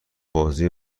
بازی